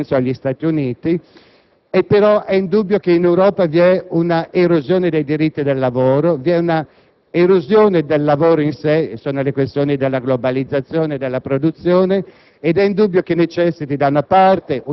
agli agglomerati degli altri Stati, penso agli Stati Uniti. È indubbio però che in Europa vi è un'erosione dei diritti del lavoro, un'erosione del lavoro in sé - sono riflessioni sulla globalizzazione e sulla produzione